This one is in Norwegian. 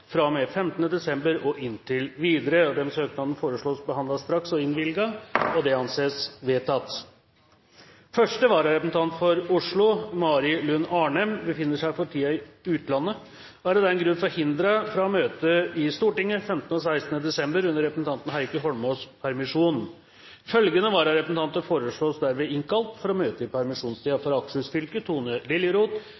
med 15. desember og inntil videre Disse søknadene foreslås behandlet straks og innvilget. – Det anses vedtatt. Første vararepresentant for Oslo, Mari Lund Arnem, befinner seg for tiden i utlandet og er av den grunn forhindret fra å møte i Stortinget 15. og 16. desember under representanten Heikki Holmås’ permisjon. Følgende vararepresentanter forslås innkalt for å møte i